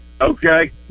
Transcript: okay